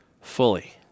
fully